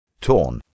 Torn